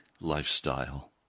lifestyle